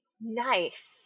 nice